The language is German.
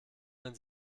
man